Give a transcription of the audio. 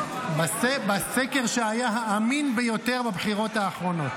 בסקר שהיה האמין ביותר בבחירות האחרונות.